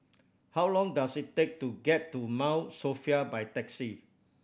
how long does it take to get to Mount Sophia by taxi